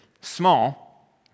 small